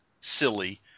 silly